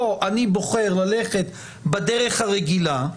או אני בוחר ללכת בדרך הרגילה.